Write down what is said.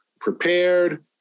prepared